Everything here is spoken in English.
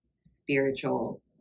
spiritual